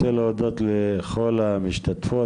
אני רוצה להודות לכל המשתתפות,